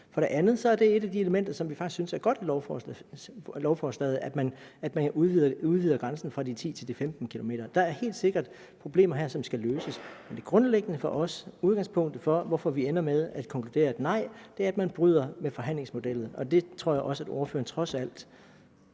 For det andet er det et af de elementer, som vi faktisk synes er godt i lovforslaget, nemlig at man udvider grænsen fra de 10 til 15 km. Der er helt sikkert problemer her, som skal løses, men det grundlæggende for os, udgangspunktet for, at vi ender med at konkludere et nej, er, at man bryder med forhandlingsmodellen, og jeg tror også, at ordføreren for sig